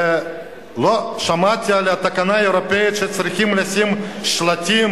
לא שמעתי על תקנה אירופית שצריכים לשים שלטים